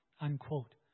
unquote